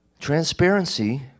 Transparency